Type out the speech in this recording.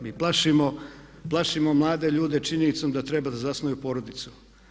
Mi plašimo mlade ljude činjenicom da treba da zasnuju porodicu.